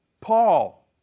Paul